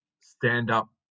stand-up